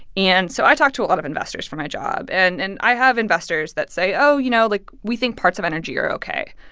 and so i talk to a lot of investors for my job, and and i have investors that say, oh, you know, like, we think parts of energy are ok.